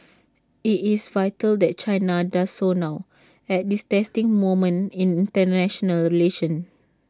IT is vital that China does so now at this testing moment in International relations